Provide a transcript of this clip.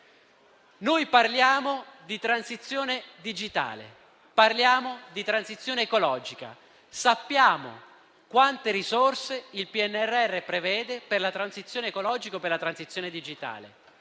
Noi parliamo di transizione digitale e di transizione ecologica. Sappiamo quante risorse il PNRR prevede per la transizione ecologica e per la transizione digitale.